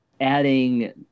adding